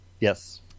Yes